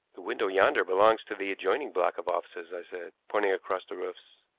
the window yonder belongs to the adjoining block of offices, i said, pointing across the roofs.